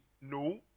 No